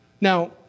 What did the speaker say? Now